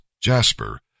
jasper